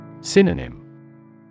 Synonym